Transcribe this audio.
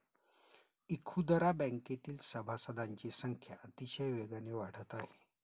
इखुदरा बँकेतील सभासदांची संख्या अतिशय वेगाने वाढत आहे